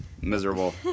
Miserable